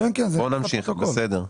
בואו נמשיך, בסדר.